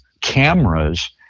cameras